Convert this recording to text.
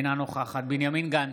אינה נוכחת בנימין גנץ,